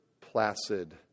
placid